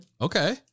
Okay